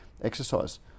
exercise